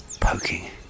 poking